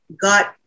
got